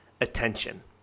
attention